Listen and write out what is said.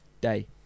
day